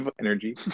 energy